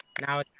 now